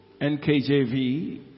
NKJV